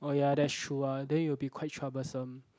oh ya that's true lah then it will be quite troublesome